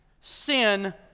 sin